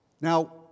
Now